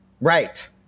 Right